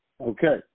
Okay